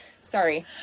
sorry